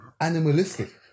animalistic